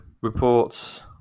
reports